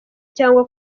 cyangwa